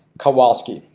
kowalski.